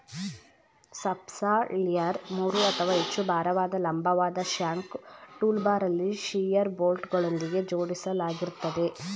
subsoiler ಮೂರು ಅಥವಾ ಹೆಚ್ಚು ಭಾರವಾದ ಲಂಬವಾದ ಶ್ಯಾಂಕ್ ಟೂಲ್ಬಾರಲ್ಲಿ ಶಿಯರ್ ಬೋಲ್ಟ್ಗಳೊಂದಿಗೆ ಜೋಡಿಸಲಾಗಿರ್ತದೆ